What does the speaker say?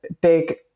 big